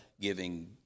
giving